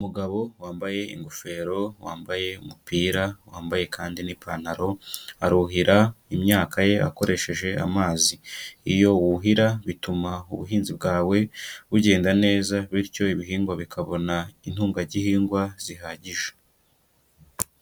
Umugabo wambaye ingofero, wambaye umupira, wambaye kandi n'ipantaro, aruhira imyaka ye akoresheje amazi. Iyo wuhira bituma ubuhinzi bwawe bugenda neza bityo ibihingwa bikabona intungagihingwa zihagije.